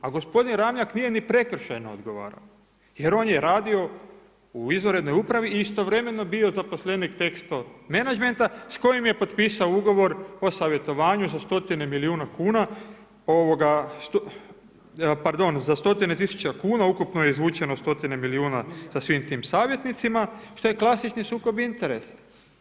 A gospodin Ramljak nije ni prekršajno odgovarao, jer on je radio u izvanrednoj upravi i istovremeno bio zaposlenik Texo Management, s kojim je potpisao ugovor o savjetovanju za 100 milijuna kuna, pardon za 100 tisuće kuna, ukupno je izvučeno 100 milijuna sa svim tim savjetnicima, što je klasični sukob interesa.